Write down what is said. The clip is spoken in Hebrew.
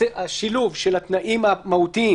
השילוב של התנאים המהותיים,